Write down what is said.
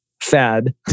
Fad